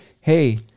Hey